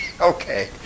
Okay